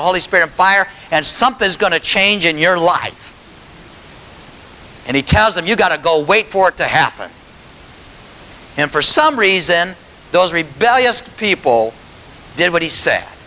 holy spirit fire and something's going to change in your life and he tells them you got to go wait for it to happen and for some reason those rebellious people did what he